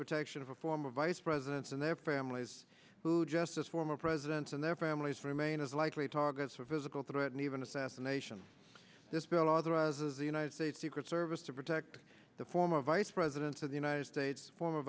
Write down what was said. protection of a former vice presidents and their families who justice former presidents and their families remain as likely targets of physical threat and even assassination this bill authorizes the united states secret service to protect the former vice president of the united states form